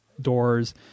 doors